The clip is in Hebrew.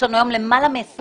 יש לנו היום למעלה מ-20